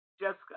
Jessica